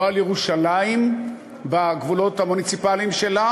לא על ירושלים בגבולות המוניציפליים שלה